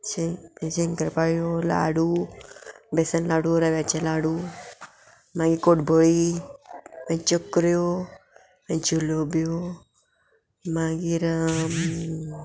शे शेंकर पायो लाडू बेसन लाडू रव्याचे लाडू मागीर कोडबोळी मागीर चकऱ्यो मागीर जलोब्यो मागीर